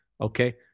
Okay